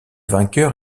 vainqueur